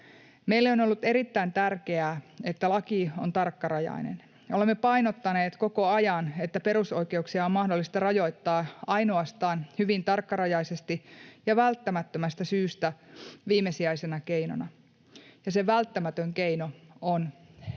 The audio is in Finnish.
Meille on ollut erittäin tärkeää, että laki on tarkkarajainen, ja olemme painottaneet koko ajan, että perusoikeuksia on mahdollista rajoittaa ainoastaan hyvin tarkkarajaisesti ja välttämättömästä syystä, viimesijaisena keinona, ja se välttämätön syy